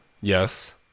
Yes